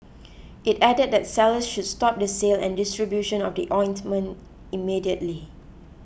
it added that sellers should stop the sale and distribution of the ointment immediately